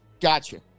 Gotcha